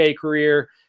career